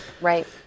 right